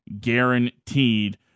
guaranteed